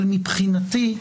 אבל מבחינתי,